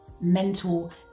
Mental